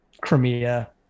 Crimea